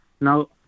now